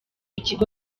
ikigo